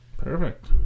Perfect